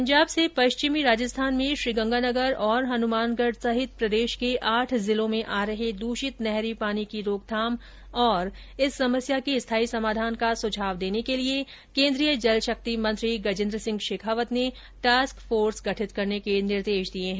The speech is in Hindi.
पंजाब से पश्चिमी राजस्थान में श्रीगंगानगर और हनुमानगढ़ सहित प्रदेश के आठ जिलों में आ रहे दूषित नहरी पानी की रोकथाम और इस समस्या के स्थाई समाधान का सुझाव देने के लिए केन्द्रीय जलशक्ति मंत्री गजेन्द्रसिंह शेखावत ने टास्क फोर्स गठित करने के निर्देश दिये हैं